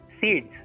Seeds